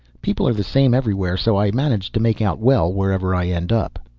people are the same everywhere, so i manage to make out well wherever i end up.